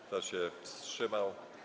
Kto się wstrzymał?